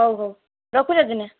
ହଉ ହଉ ରଖୁଛେଁ ତିନେ